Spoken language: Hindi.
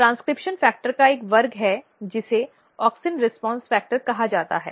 ट्रेन्स्क्रिप्शन फ़ैक्टरtranscription factor का एक वर्ग है जिसे ऑक्सिन रीस्पॉन्स फ़ैक्टर कहा जाता है